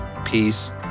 peace